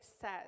says